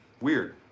Weird